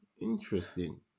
interesting